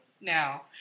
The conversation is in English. now